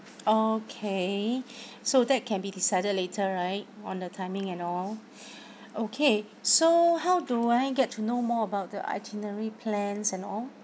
okay so that can be decided later right on the timing and all okay so how do I get to know more about the itinerary plans and all